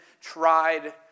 tried